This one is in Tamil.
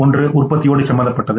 ஒன்று உற்பத்தியோடு சம்பந்தப்பட்டது